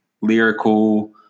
lyrical